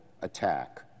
attack